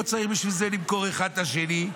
לא צריך בשביל זה למכור אחד את השני.